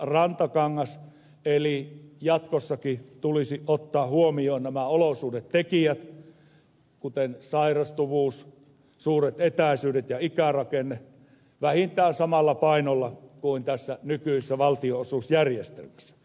rantakangas eli jatkossakin tulisi ottaa huomioon nämä olosuhdetekijät kuten sairastuvuus suuret etäisyydet ja ikärakenne vähintään samalla painolla kuin tässä nykyisessä valtionosuusjärjestelmässä